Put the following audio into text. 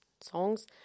songs